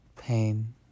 pain